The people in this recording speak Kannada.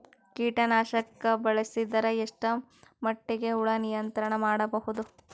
ಕೀಟನಾಶಕ ಬಳಸಿದರ ಎಷ್ಟ ಮಟ್ಟಿಗೆ ಹುಳ ನಿಯಂತ್ರಣ ಮಾಡಬಹುದು?